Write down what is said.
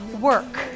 work